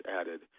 added